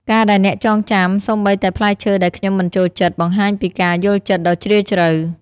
ការដែលអ្នកចងចាំសូម្បីតែផ្លែឈើដែលខ្ញុំមិនចូលចិត្ត បង្ហាញពីការយល់ចិត្តដ៏ជ្រាលជ្រៅ។